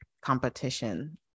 competition